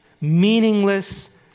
meaningless